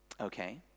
Okay